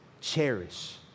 cherish